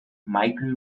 michael